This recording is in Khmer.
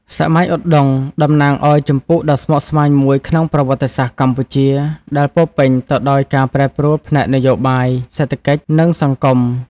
សម័យឧដុង្គតំណាងឱ្យជំពូកដ៏ស្មុគស្មាញមួយក្នុងប្រវត្តិសាស្ត្រកម្ពុជា ដែលពោរពេញទៅដោយការប្រែប្រួលផ្នែកនយោបាយ សេដ្ឋកិច្ច និងសង្គម។